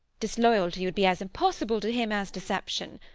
disloyalty would be as impossible to him as deception.